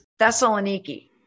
Thessaloniki